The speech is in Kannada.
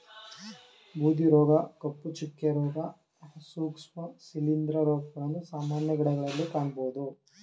ಬೂದಿ ರೋಗ, ಕಪ್ಪು ಚುಕ್ಕೆ, ರೋಗ, ಸೂಕ್ಷ್ಮ ಶಿಲಿಂದ್ರ ರೋಗಗಳನ್ನು ಸಾಮಾನ್ಯ ಗಿಡಗಳಲ್ಲಿ ಕಾಣಬೋದು